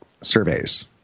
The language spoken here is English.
surveys